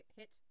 hit